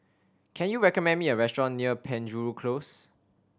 can you recommend me a restaurant near Penjuru Close